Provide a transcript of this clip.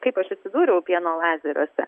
kaip aš atsidūriau pieno lazeriuose